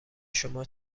شما